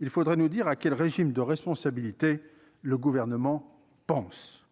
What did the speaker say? il faudrait nous dire à quel régime de responsabilité le Gouvernement pense.